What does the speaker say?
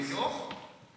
מרגי, חינוך?